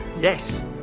Yes